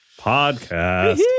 Podcast